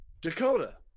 Dakota